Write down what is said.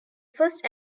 first